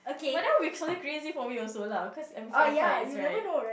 but then it will be something crazy for me also lah because I'm afraid of heights right